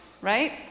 right